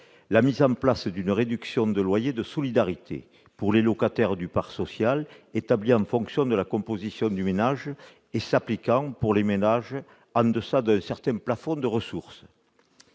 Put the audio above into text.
à mettre en place une réduction de loyer de solidarité, dite RLS, pour les locataires du parc social, établie en fonction de la composition du ménage et s'appliquant pour les ménages en deçà d'un certain plafond de ressources.